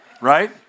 right